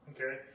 Okay